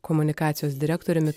komunikacijos direktoriumi